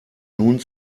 nun